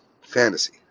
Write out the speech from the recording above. Fantasy